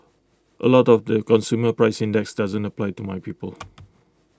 A lot of the consumer price index doesn't apply to my people